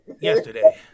Yesterday